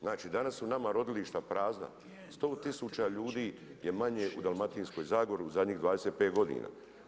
Znači, danas su nama rodilišta prazna, 100 tisuća ljudi je manje u Dalmatinskoj zagoru u zadnjih 25 godina.